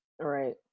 Right